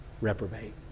reprobate